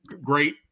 great